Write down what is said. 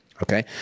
Okay